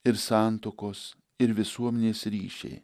ir santuokos ir visuomenės ryšiai